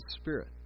spirit